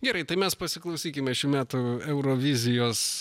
gerai tai mes pasiklausykime šių metų eurovizijos